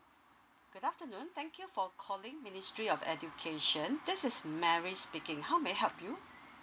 good afternoon thank you for calling ministry of education this is mary speaking how may I help you